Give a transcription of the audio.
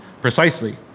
precisely